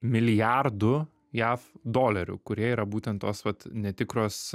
milijardų jav dolerių kurie yra būtent tos vat netikros